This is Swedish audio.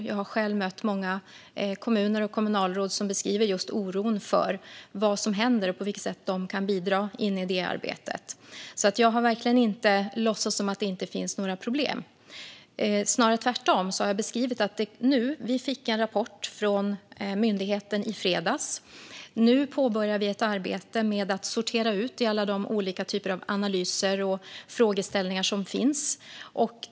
Jag har själv varit i många kommuner och där träffat kommunalråd som beskriver just oron för vad som händer och undrar på vilket sätt de kan bidra i arbetet. Jag har verkligen inte låtsats som att det inte finns några problem, snarare tvärtom. Vi fick en rapport från myndigheten i fredags. Nu påbörjar vi ett arbete med att sortera alla olika typer av analyser och frågeställningar som finns.